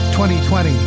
2020